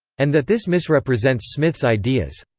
and that this misrepresents smith's ideas.